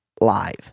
live